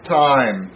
time